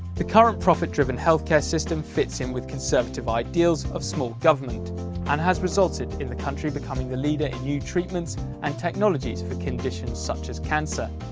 the current profit-driven health care system fits in with conservative ideals of small government and has resulted in the country becoming the leader in new treatments and technologies for conditions such as cancer.